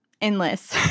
endless